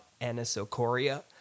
anisocoria